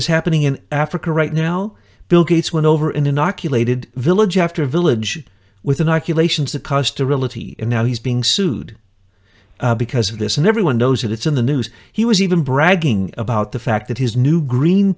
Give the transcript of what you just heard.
is happening in africa right now bill gates went over in inoculated village after village with an occupation is the cost to realty and now he's being sued because of this and everyone knows that it's in the news he was even bragging about the fact that his new green